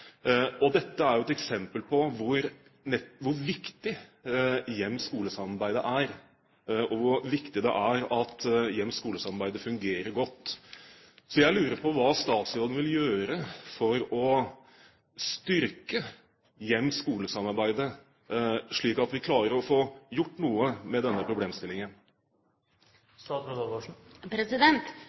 Dette er et eksempel på hvor viktig hjem–skole-samarbeidet er, og hvor viktig det er at hjem–skole-samarbeidet fungerer godt. Jeg lurer på hva statsråden vil gjøre for å styrke hjem–skole-samarbeidet, slik at vi klarer å få gjort noe med denne problemstillingen.